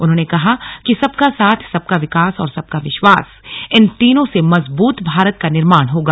उन्होंने कहा कि सबका साथ सबका विकास और सबका विश्वास इन तीनों से मजबूत भारत का निर्माण होगा